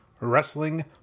wrestling